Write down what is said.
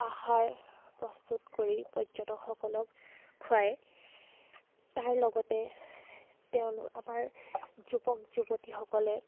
আহাৰ প্ৰস্তুত কৰি পৰ্যটকসকলক খুৱায় তাৰ লগতে তেওঁ আমাৰ যুৱক যুৱতীসকলে